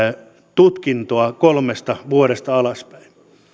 tutkintoa kolmesta vuodesta alaspäin